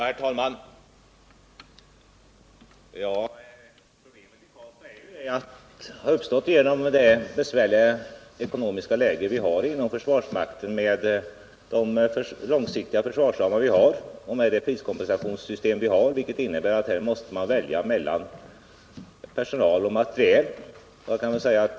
Herr talman! Problemet i Karlstad har uppstått på grund av det besvärliga ekonomiska läge vi har inom försvarsmakten, de långsiktiga försvarsramarna och priskompensationssystemen. Det innebär att man måste välja mellan personai och materiel.